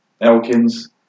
Elkins